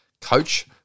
coach